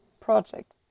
project